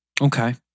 Okay